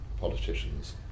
politicians